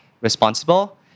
responsible